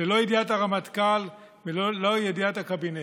ללא ידיעת הרמטכ"ל ולא ידיעת הקבינט.